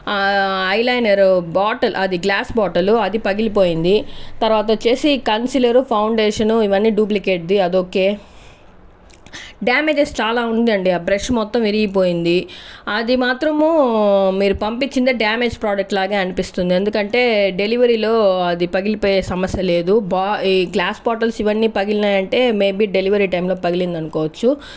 eye liner bottle అది glass bottle అది పగిలిపోయింది తర్వాత వచ్చేసి కన్సీలర్ ఫౌండేషన్ ఇవన్నీ డూప్లికేట్ ది అది ఓకే డ్యామేజెస్ చాలా ఉందండి ఆ బ్రష్ మొత్తం విరిగిపోయింది అది మాత్రమూ మీరు పంపించిన డ్యామేజ్ ప్రోడక్ట్ లాగే అనిపిస్తుంది ఎందుకంటే డెలివరీ లో అది పగిలిపోయే సమస్య లేదు ఈ గ్లాస్ బాటిల్స్ ఇవన్నీ పగిలినాయి అంటే మే బి డెలివరీ టైం లో పగిలింది అనుకోవచ్చు